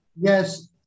Yes